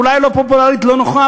אולי היא לא פופולרית ולא נוחה,